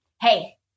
hey